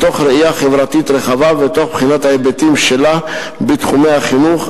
מתוך ראייה חברתית רחבה ותוך בחינת ההיבטים שלה בתחומי החינוך,